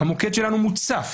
המוקד שלנו מוצף